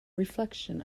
reflection